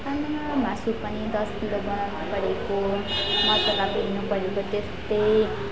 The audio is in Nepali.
आम्मामा मासु पनि दस किलो बनाउनु परेको मसाला पिँध्नु परेको त्यस्तै